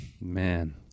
man